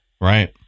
Right